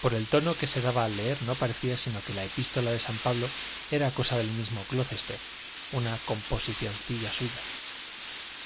por el tono que se daba al leer no parecía sino que la epístola de san pablo era cosa del mismo glocester una composicioncilla suya